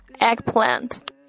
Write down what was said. eggplant